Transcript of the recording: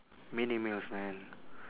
mini meals man